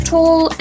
Tall